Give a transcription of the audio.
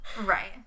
right